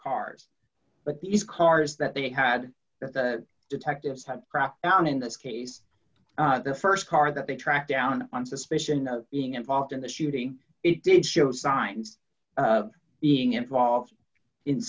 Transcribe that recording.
cars but these cars that they had that the detectives had tracked down in this case the st car that they tracked down on suspicion of being involved in the shooting it did show signs of being involved in